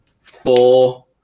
four